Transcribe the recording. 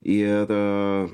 ir a